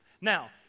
Now